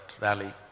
rally